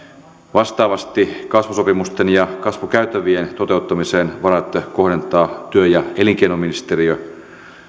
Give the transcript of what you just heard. vastaavasti kasvusopimusten ja kasvukäytävien toteuttamiseen varat kohdentaa työ ja elinkeinoministeriö